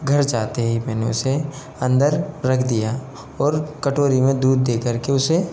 घर जाते ही मैंने उसे अंदर रख दिया और कटोरी में दूध दे कर के उसे